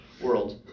world